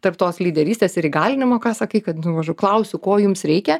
tarp tos lyderystės ir įgalinimo ką sakai kad nu mažaug klausiu ko jums reikia